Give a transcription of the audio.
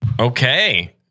Okay